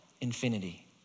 infinity